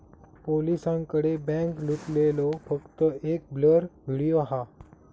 पोलिसांकडे बॅन्क लुटलेलो फक्त एक ब्लर व्हिडिओ हा